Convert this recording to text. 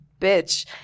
bitch